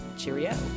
Cheerio